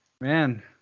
Man